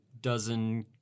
dozen